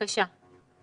בבקשה.